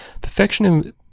perfectionism